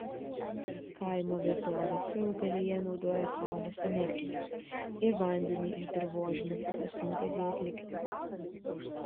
kaimo vietovėse augalija naudoja saulės energiją ir vandenį iš dirvožemio fotosintezei atlikti